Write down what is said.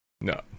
No